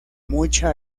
mucha